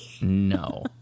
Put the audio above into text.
No